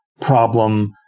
problem